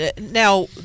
now